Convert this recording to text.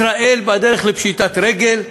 ישראל בדרך לפשיטת רגל.